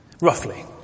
roughly